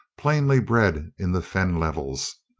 plainly bred in the fen levels,